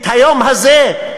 את היום הזה,